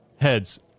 heads